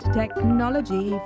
technology